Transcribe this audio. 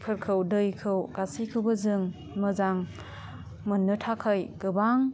फोरखौ दैखौ गासैखौबो जों मोजां मोन्नो थाखाइ गोबां